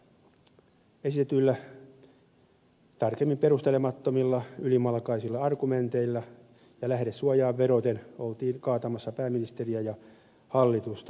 esitetyillä tarkemmin perustelemattomilla ylimalkaisilla argumenteilla ja lähdesuojaan vedoten oltiin kaatamassa pääministeriä ja hallitusta